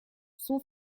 son